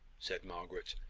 said margaret,